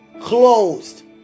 closed